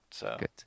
Good